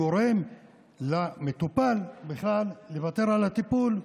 זה גורם למטופל לוותר בכלל על הטיפול,